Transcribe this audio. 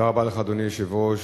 אדוני היושב-ראש,